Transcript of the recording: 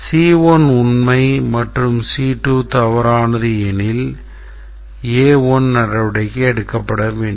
C1 உண்மை மற்றும் C2 தவறானது எனில் A1 நடவடிக்கை எடுக்கப்பட வேண்டும்